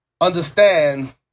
understand